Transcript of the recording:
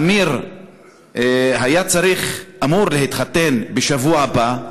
אמיר היה אמור להתחתן בשבוע הבא.